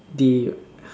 they